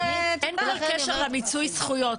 המתווה הזה לא קשור למיצוי זכויות.